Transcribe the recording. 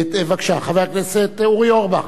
בבקשה, חבר הכנסת אורי אורבך.